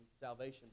salvation